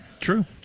True